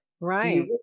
Right